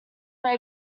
may